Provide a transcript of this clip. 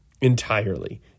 entirely